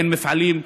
אין מפעלים,